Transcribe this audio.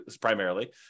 primarily